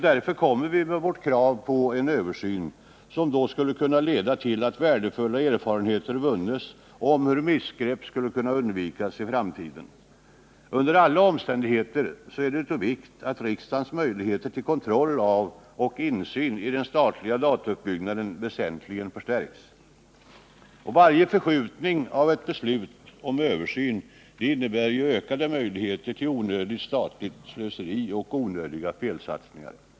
Därför kommer vi nu med vårt krav på en översyn, som då också skulle kunna leda till att värdefulla erfarenheter vunnes om hur missgrepp skulle kunna undvikas i framtiden. Under alla omständigheter är det av vikt att riksdagens möjligheter till kontroll av och insyn i den statliga datauppbyggnaden väsentligen förstärks. Varje förskjutning av ett beslut om översyn innebär ju ökade möjligheter till onödigt statligt slöseri och onödiga felsatsningar.